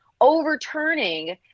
overturning